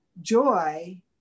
joy